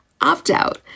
opt-out